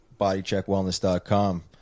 BodyCheckWellness.com